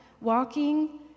Walking